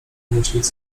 myśleć